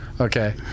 Okay